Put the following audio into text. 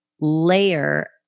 layer